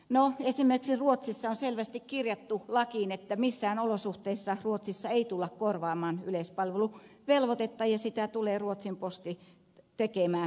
no esimerkiksi ruotsissa on selvästi kirjattu lakiin että missään olosuhteissa ruotsissa ei tulla korvaamaan yleispalveluvelvoitetta ja sitä tulee ruotsin posti tekemään lain mukaan